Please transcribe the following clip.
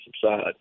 subside